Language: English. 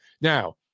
Now